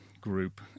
group